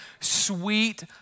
sweet